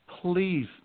please